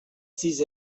sis